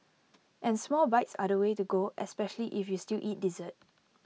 and small bites are the way to go especially if you still eat dessert